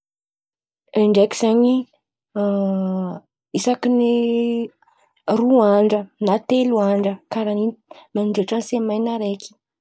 in-draiky zen̈y isaky ny roa andra na telo andra karà in̈y mandritra ny semainy araiky.